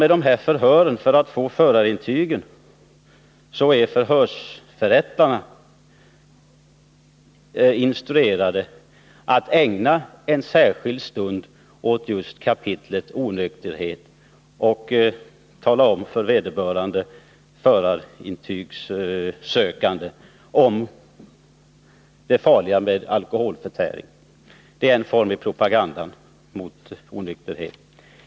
2 I samband med förhören för att få förarintyg är förhörsförrättarna instruerade att ägna en särskild stund åt kapitlet onykterhet och informera de förarintygssökande om det farliga med alkoholförtäring. Det är ett led i propagandan mot onykterhet till sjöss.